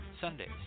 Sundays